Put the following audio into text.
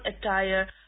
attire